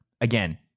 again